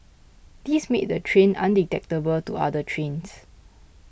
this made the train undetectable to other trains